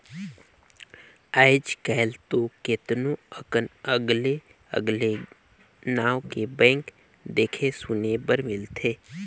आयज कायल तो केतनो अकन अगले अगले नांव के बैंक देखे सुने बर मिलथे